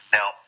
Now